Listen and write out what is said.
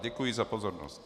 Děkuji za pozornost.